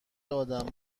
آدم